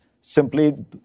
simply